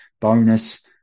bonus